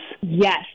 Yes